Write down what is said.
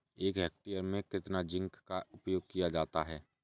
एक हेक्टेयर में कितना जिंक का उपयोग किया जाता है?